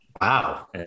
Wow